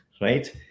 right